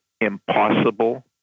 impossible